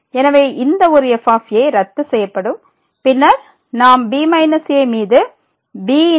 எனவே இந்த ஒரு f ரத்து செய்யப்படும் பின்னர் நாம் b a மீது b f a a f